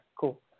cool